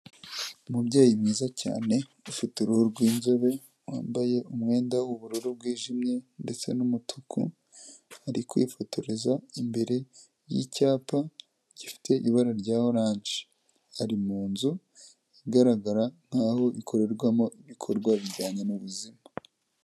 Umubyeyi mwiza cyane ufite uruhu rw'inzobe, wambaye umwenda w'ubururu bwijimye ndetse n'umutuku, ari kwifotoreza imbere y'icyapa gifite ibara rya oranje, ari mu nzu igaragara nkaho ikorerwamo ibikorwa bijyanye n'ubuzima.